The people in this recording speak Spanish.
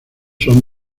son